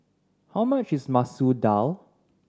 how much is Masoor Dal